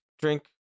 drink